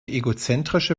egozentrische